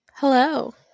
Hello